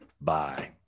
Bye